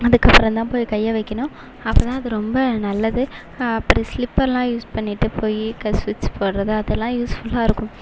அதுக்கு அப்பறம் தான் போய் கையை வைக்கணும் அப்போ தான் அது ரொம்ப நல்லது அப்பறம் சிலிப்பர்லாம் யூஸ் பண்ணிட்டு போய் ஸ்விட்ச் போடுறது அதுலாம் யூஸ்ஃபுல்லாக இருக்கும்